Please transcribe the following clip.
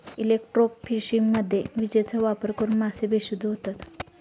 इलेक्ट्रोफिशिंगमध्ये विजेचा वापर करून मासे बेशुद्ध होतात